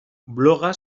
bloga